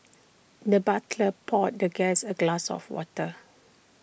the butler poured the guest A glass of water